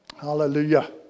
Hallelujah